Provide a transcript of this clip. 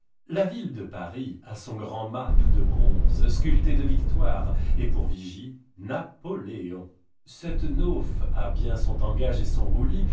la ville de paris a son grand mât tout de bronze sculpté de victoires et pour vigie napoléon cette nauf a bien son tangage et son roulis